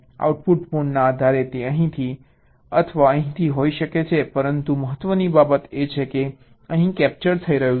output મોડના આધારે તે અહીંથી અથવા અહીંથી હોઈ શકે છે પરંતુ મહત્વની બાબત એ છે કે અહીં કેપ્ચર થઈ રહ્યું છે